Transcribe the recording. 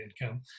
income